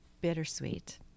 Bittersweet